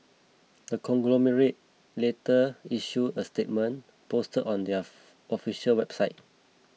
the conglomerate later issued a statement posted on their official website